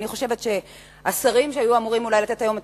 אני חושבת שהשרים שהיו אמורים אולי לתת היום את